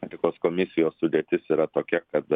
etikos komisijos sudėtis yra tokia kad